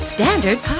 Standard